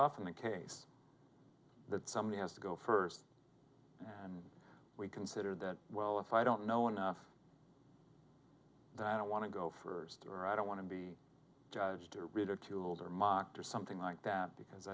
often the case that somebody has to go first we consider that well if i don't know enough that i don't want to go first or i don't want to be judged or ridiculed or mocked or something like that because